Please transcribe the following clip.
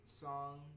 song